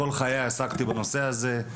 כל חיי עסקתי בנושא הזה.